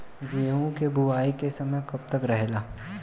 गेहूँ के बुवाई के समय कब तक रहेला?